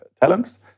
talents